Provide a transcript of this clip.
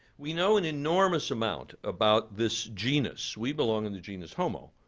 we know an enormous amount about this genus. we belong in the genus homo,